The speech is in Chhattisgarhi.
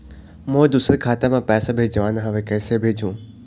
मोर दुसर खाता मा पैसा भेजवाना हवे, कइसे भेजों?